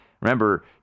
Remember